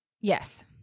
Yes